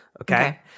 Okay